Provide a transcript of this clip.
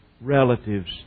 relatives